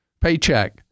paycheck